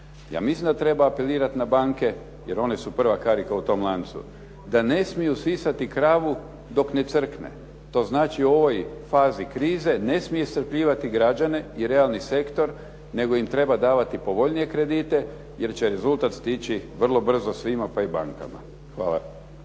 ja mislim da treba apelirati na banke, jer one su prva karika u tom lancu. Da ne smiju sisati kravu dok ne crkne. To znači u ovoj fazi krize, ne smije iscrpljivati građane i realni sektor nego im treba davati povoljnije kredite jer će rezultat stići vrlo brzo svima pa i bankama. Hvala.